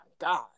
god